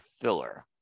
filler